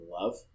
love